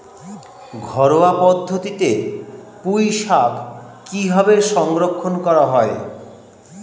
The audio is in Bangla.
ঘরোয়া পদ্ধতিতে পুই শাক কিভাবে সংরক্ষণ করা হয়?